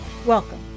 Welcome